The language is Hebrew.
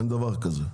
אין דבר כזה.